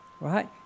Right